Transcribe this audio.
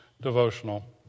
devotional